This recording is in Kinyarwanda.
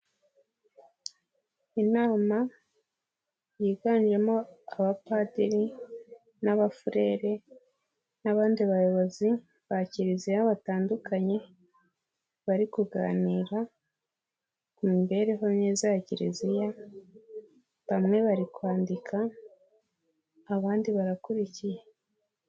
Inama yiganjemo abapadiri n'abafurere n'abandi bayobozi ba Kiliziya batandukanye, bari kuganira ku mibereho myiza ya Kiliziya, bamwe bari kwandika abandi barakurikiye.